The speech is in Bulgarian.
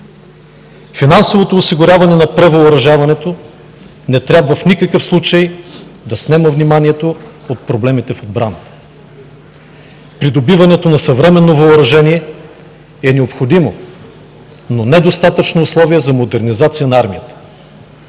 Финансовото осигуряване на превъоръжаването не трябва в никакъв случай да снема вниманието от проблемите в отбраната. Придобиването на съвременно въоръжение е необходимо, но недостатъчно условие за модернизация на армията.